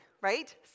right